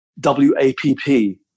WAPP